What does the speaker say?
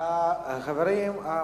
החברים המציעים,